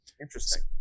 Interesting